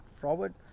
forward